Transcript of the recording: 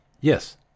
Yes